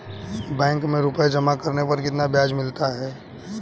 Bank में रुपये जमा करने पर कितना ब्याज मिलता है?